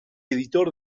editor